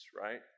right